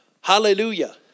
Hallelujah